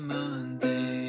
Monday